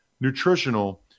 nutritional